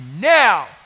now